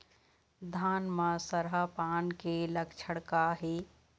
धान म सरहा पान के लक्षण का हे?